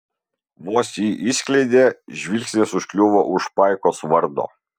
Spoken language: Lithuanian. vos jį išskleidė žvilgsnis užkliuvo už paikos vardo